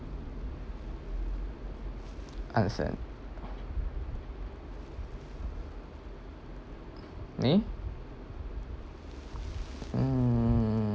understand me hmm